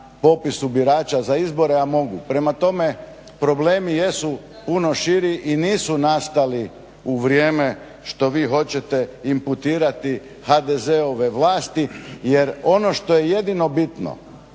popisu birača za izbore, a mogu. Prema tome, problemi jesu puno širi i nisu nastali u vrijeme što vi hoćete inputirati HDZ-ove vlasti, jer ono što je jedino bitno